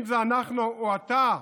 אם זה אנחנו או אתה,